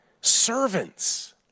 Servants